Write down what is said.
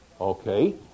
okay